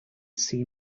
see